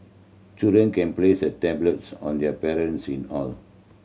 children can place a tablets on their parents in hall